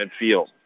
midfield